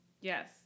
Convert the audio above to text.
Yes